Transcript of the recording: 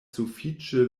sufiĉe